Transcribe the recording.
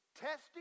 Testing